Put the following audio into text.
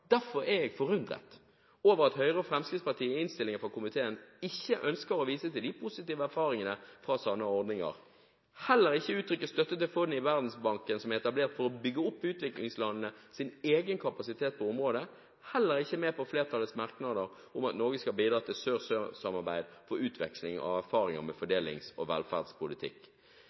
Derfor er jeg forundret over at Høyre og Fremskrittspartiet i innstillingen fra komiteen ikke ønsker å vise til de positive erfaringene fra sånne ordninger. Heller ikke uttrykker de støtte til fondet i Verdensbanken som er etablert for å bygge opp utviklingslandenes egen kapasitet på området, og heller ikke er de med på flertallets merknader om at Norge skal bidra til sør–sør-samarbeid for utveksling av erfaringer med fordelings- og velferdspolitikk.